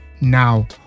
now